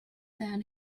then